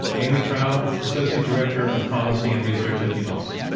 amy traub, associate director of policy and research at demos.